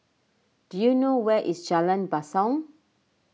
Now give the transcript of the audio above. do you know where is Jalan Basong